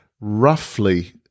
roughly